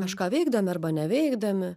kažką veikdami arba neveikdami